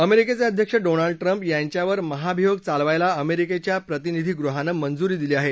अमेरिकेचे अध्यक्ष Donald Trump यांच्यावर महाभियोग चालवायला अमेरिकेच्या प्रतिनिधीगृहानं मंजुरी दिली आहे